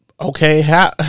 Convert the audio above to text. Okay